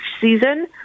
season